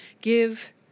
give